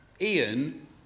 Ian